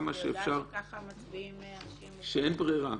אני יודעת שככה מצביעים אנשים --- כשאין ברירה.